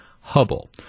Hubble